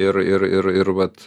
ir ir ir ir vat